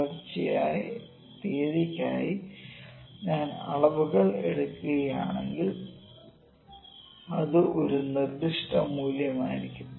തുടർച്ചയായ തീയതിക്കായി ഞാൻ അളവുകൾ എടുക്കുകയാണെങ്കിൽ അത് ഒരു നിർദ്ദിഷ്ട മൂല്യമായിരിക്കും